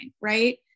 right